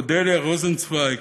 אודליה רוזנצוייג,